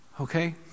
Okay